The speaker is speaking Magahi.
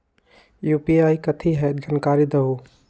यू.पी.आई कथी है? जानकारी दहु